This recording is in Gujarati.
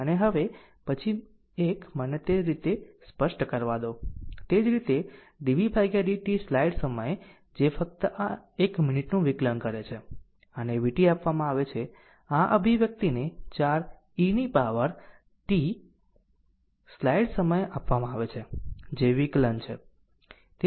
અને હવે પછી એક મને તે જ રીતે સ્પષ્ટ કરવા દો તે જ રીતે dv dt સ્લાઇડ સમય જે ફક્ત આ 1 મિનિટનું વિકલન કરે છે આને vt આપવામાં આવે છે આ અભિવ્યક્તિને 4 e ની પાવર t સ્લાઈડ સમય આપવામાં આવે છે જે એક વિકલન છે